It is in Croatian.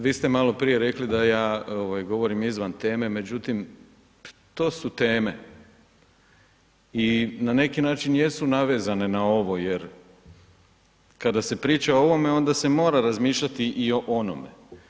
Vi ste maloprije rekli da ja ovaj govorim izvan teme, međutim to su teme i na neki način jesu navezane na ovo jer kada se priča o ovome onda se mora razmišljati i o onome.